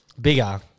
bigger